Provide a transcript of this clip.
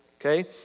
Okay